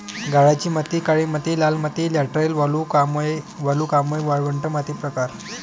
गाळाची माती काळी माती लाल माती लॅटराइट वालुकामय वालुकामय वाळवंट माती प्रकार